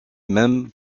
même